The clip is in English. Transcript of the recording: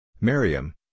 Miriam